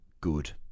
good